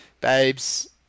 Babes